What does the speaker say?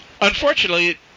Unfortunately